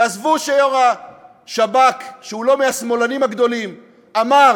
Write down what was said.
ועזבו שראש השב"כ, שהוא לא מהשמאלנים הגדולים, אמר